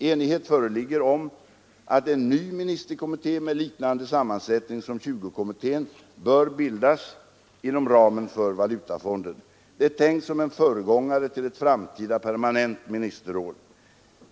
Enighet föreligger om att en ny ministerkommitté med liknande sammansättning som 20-kommittén bör bildas inom ramen för valutafonden. Den är tänkt som en föregångare till ett framtida, permanent ministerråd.